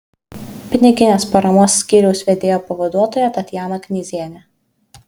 piniginės paramos skyriaus vedėjo pavaduotoja tatjana knyzienė